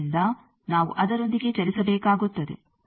ಆದ್ದರಿಂದ ನಾವು ಅದರೊಂದಿಗೆ ಚಲಿಸಬೇಕಾಗುತ್ತದೆ